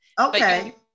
Okay